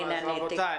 רבותי,